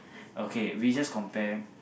okay we just compare